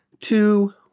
two